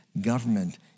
government